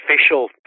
official